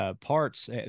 Parts